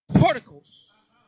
particles